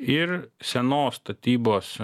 ir senos statybos